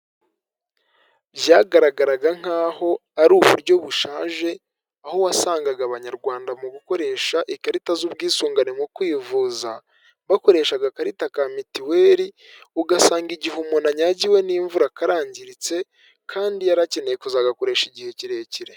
Byagaragaraga nk'aho ari uburyo bushaje aho wasangaga abanyarwanda mu gukoresha ikarita z'ubwisungane mu kwivuza bakoreshagakarita ka mitiweri ugasanga igihe umuntu anyagiwe n'imvura karangiritse kandi yari akeneye kuza agakoresha igihe kirekire.